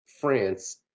France